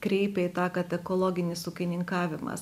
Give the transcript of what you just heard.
kreipia į tą kad ekologinis ūkininkavimas